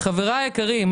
חבריי היקרים,